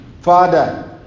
father